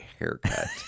haircut